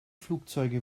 flugzeuge